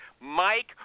Mike